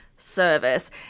Service